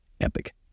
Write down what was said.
epic